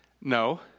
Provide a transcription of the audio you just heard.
No